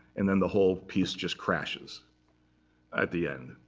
and then the whole piece just crashes at the end.